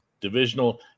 Divisional